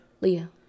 Leah